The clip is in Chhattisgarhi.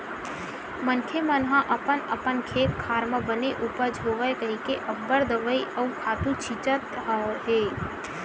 मनखे मन ह अपन अपन खेत खार म बने उपज होवय कहिके अब्बड़ दवई अउ खातू छितत हे